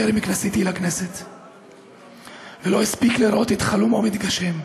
טרם כניסתי לכנסת ולא הספיק לראות את חלומו מתגשם,